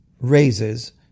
raises